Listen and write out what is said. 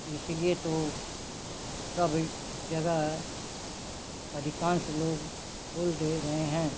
इसलिए तो सब जगह अधिकांश लोग फुल दे रहे हैं